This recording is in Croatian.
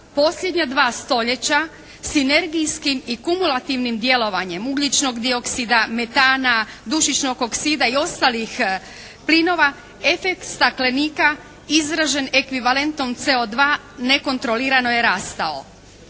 posljednja dva stoljeća sinergijskim i kumulativnim djelovanjem ugljičnog dioksida, metana, dušičnog oksida i ostalih plinova efekt staklenika izražen ekvivalentom CO2 nekontrolirano je rastao.